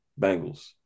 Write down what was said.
Bengals